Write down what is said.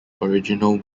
original